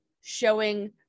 showing